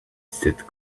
that